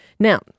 Now